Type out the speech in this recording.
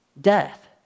Death